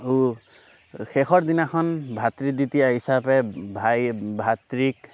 আৰু শেষৰ দিনাখন ভাতৃ তৃতীয়া হিচাপে ভাই ভাতৃক